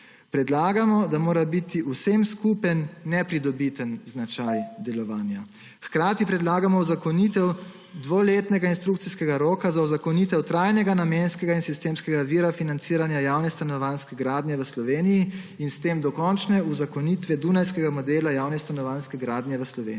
Predlagamo, da mora biti vsem skupen nepridobitni značaj delovanja. Hkrati predlagamo uzakonitev dvoletnega instrukcijskega roka za uzakonitev trajnega, namenskega in sistemskega vira financiranja javne stanovanjske gradnje v Sloveniji in s tem dokončne uzakonitve dunajskega modela javne stanovanjske gradnje v Sloveniji.